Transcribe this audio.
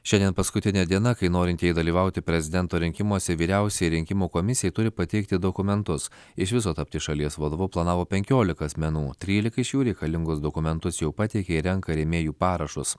šiandien paskutinė diena kai norintieji dalyvauti prezidento rinkimuose vyriausiajai rinkimų komisijai turi pateikti dokumentus iš viso tapti šalies vadovu planavo penkiolika asmenų trylika iš jų reikalingus dokumentus jau pateik ir renka rėmėjų parašus